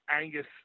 Angus